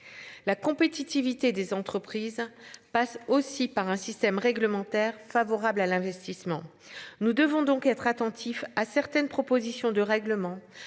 La compétitivité des entreprises passe aussi par un système réglementaire favorable à l'investissement. Nous devons donc être attentif à certaines propositions de règlement